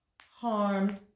harmed